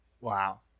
Wow